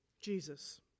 Jesus